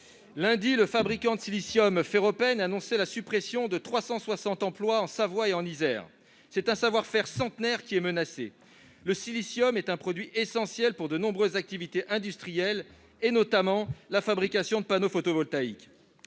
dernier, le fabricant de silicium Ferropem annonçait la suppression de 360 emplois en Savoie et en Isère. C'est un savoir-faire centenaire qui est menacé. Le silicium est un produit essentiel pour de nombreuses activités industrielles, notamment pour la fabrication de panneaux photovoltaïques.